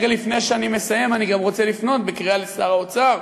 רגע לפני שאני מסיים אני גם רוצה לפנות בקריאה לשר האוצר,